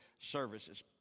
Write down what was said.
services